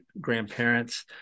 grandparents